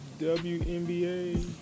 WNBA